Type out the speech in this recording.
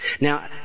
Now